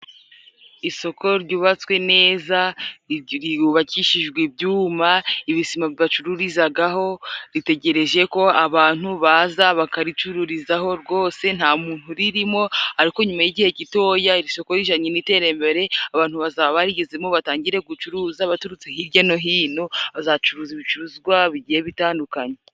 Isoko ryubatswe neza ryubakishijwe ibyuma, ibisima bacururizagaho, ritegereje ko abantu baza bakaricururizaho rwose. Nta muntu uririmo ariko nyuma y'igihe gitoya iri isoko rijanye n'iterambere abantu bazaba barigezemo, batangire gucuruza baturutse hirya no hino, bazacuruza ibicuruzwa bigiye bitandukanye.